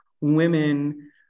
women